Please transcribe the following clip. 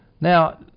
Now